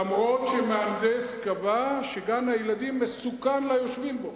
אף-על-פי שמהנדס קבע שגן-הילדים מסוכן ליושבים בו,